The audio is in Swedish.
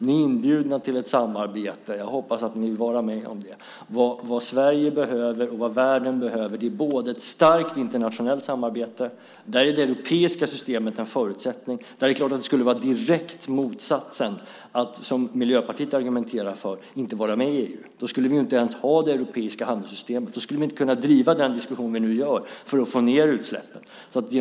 Ni är inbjudna till ett samarbete, och jag hoppas att ni vill vara med om det. Vad Sverige behöver och vad världen behöver är ett starkt internationellt samarbete, och där är det europeiska systemet en förutsättning. Det skulle innebära den direkta motsatsen att inte vara med i EU, vilket Miljöpartiet argumenterar för. Då skulle vi ju inte ens ha det europeiska handelssystemet. Då skulle vi inte kunna driva den diskussion som vi nu driver för att få ned utsläppen.